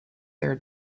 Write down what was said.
their